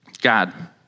God